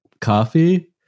coffee